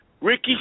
Ricky